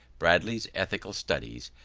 bradley's ethical studies,